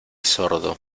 sordo